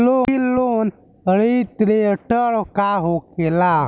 ई loan restructure का होखे ला?